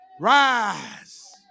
rise